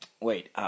wait